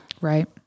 right